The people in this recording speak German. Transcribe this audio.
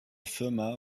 firma